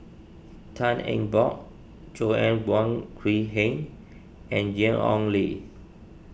Tan Eng Bock Joanna Wong Quee Heng and Ian Ong Li